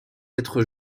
être